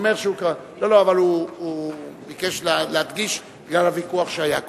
לא, אבל הוא ביקש להדגיש, בגלל הוויכוח שהיה קודם.